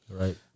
Right